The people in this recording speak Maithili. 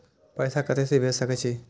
पैसा कते से भेज सके छिए?